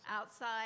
outside